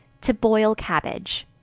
to boil cabbage.